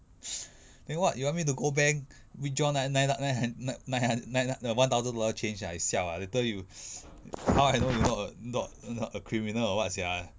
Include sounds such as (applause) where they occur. then what you want me to go bank withdraw nine nine nine hun~ nine hun~ nine hun~ the one thousand dollar change ah you siao ah later you (noise) how I know you not a not not a criminal or what sia